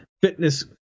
fitness